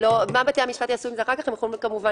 מה בתי משפט יעשו עם זה אחר כך הם יכולים כמובן